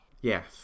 Yes